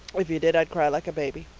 if you did i'd cry like a baby.